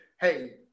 hey